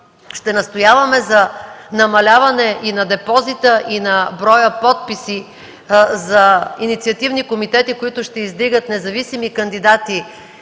Ще настояваме за намаляване и на депозита, и на броя подписи за инициативни комитети, които ще издигат независими кандидати